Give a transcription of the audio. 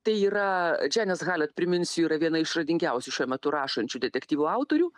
tai yra dženis halet priminsiu yra viena išradingiausių šiuo metu rašančių detektyvų autorių